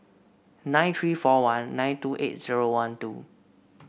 nine three four one nine two eight zero one two